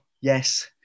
Yes